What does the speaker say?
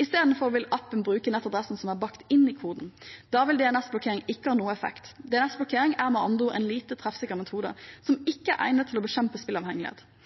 Istedenfor vil appen bruke nettadressen som er bakt inn i koden. Da vil DNS-blokkering ikke ha noen effekt. DNS-blokkering er med andre ord en lite treffsikker metode som ikke er egnet til å bekjempe